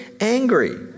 angry